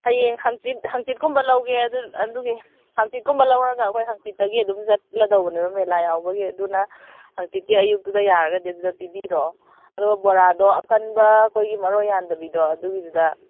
ꯍꯌꯦꯡ ꯍꯥꯡꯆꯤꯠ ꯍꯥꯡꯆꯤꯠꯀꯨꯝꯕ ꯂꯧꯒꯦ ꯑꯗꯨ ꯑꯗꯨꯒꯤ ꯍꯥꯡꯆꯤꯠꯀꯨꯝꯕ ꯂꯧꯔꯒ ꯑꯩꯈꯣꯏ ꯍꯥꯡꯆꯤꯠꯇꯒꯤ ꯑꯗꯨꯝ ꯆꯠꯂꯗꯧꯕꯅꯦꯕ ꯃꯦꯂꯥ ꯌꯥꯎꯕꯒꯤ ꯑꯗꯨꯅ ꯍꯥꯡꯆꯤꯠꯀꯤ ꯑꯌꯨꯛꯇꯨꯗ ꯌꯥꯔꯒꯗꯤ ꯑꯗꯨꯗ ꯄꯤꯕꯤꯔꯛꯑꯣ ꯑꯗꯨꯒ ꯕꯣꯔꯥꯗꯣ ꯑꯀꯟꯕ ꯑꯩꯈꯣꯏꯒꯤ ꯃꯔꯣꯏ ꯌꯥꯟꯗꯕꯤꯗꯣ ꯑꯗꯨꯒꯤꯗꯨꯗ